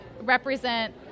represent